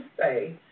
say